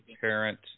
parent